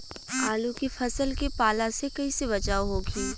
आलू के फसल के पाला से कइसे बचाव होखि?